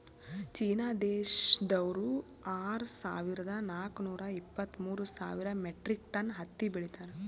China ದೇಶ್ದವ್ರು ಆರ್ ಸಾವಿರದಾ ನಾಕ್ ನೂರಾ ಇಪ್ಪತ್ತ್ಮೂರ್ ಸಾವಿರ್ ಮೆಟ್ರಿಕ್ ಟನ್ ಹತ್ತಿ ಬೆಳೀತಾರ್